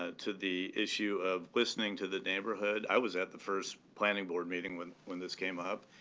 ah to the issue of listening to the neighborhood, i was at the first planning board meeting when when this came up,